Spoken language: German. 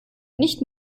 nicht